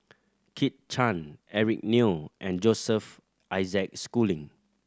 Kit Chan Eric Neo and Joseph Isaac Schooling